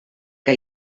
que